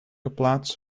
geplaatst